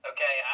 Okay